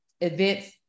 events